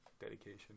dedication